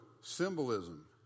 symbolism